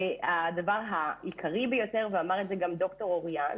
הדבר עיקרי ביותר, ואמר את זה גם ד"ר אוריין,